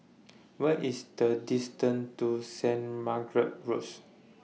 What IS The distance to Saint Margaret's Road